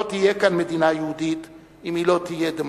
לא תהיה כאן מדינה יהודית אם היא לא תהיה דמוקרטית.